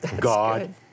God